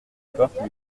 porte